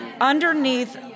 Underneath